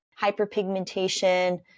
hyperpigmentation